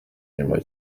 inyuma